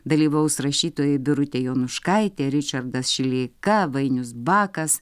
dalyvaus rašytojai birutė jonuškaitė ričardas šileika vainius bakas